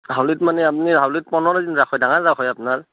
হাউলীত মানে আপুনি হাউলীত পোন্ধৰ দিন ৰাস হয় ডাঙৰ ৰাস হয় আপোনাৰ